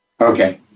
Okay